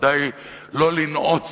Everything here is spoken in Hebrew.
בוודאי לא לנעוץ